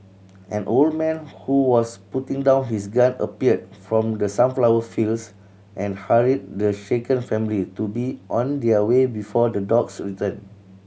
an old man who was putting down his gun appeared from the sunflower fields and hurried the shaken family to be on their way before the dogs return